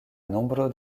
nombro